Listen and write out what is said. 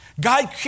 God